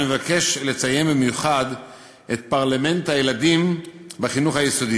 אני אבקש לציין במיוחד את פרלמנט הילדים בחינוך היסודי.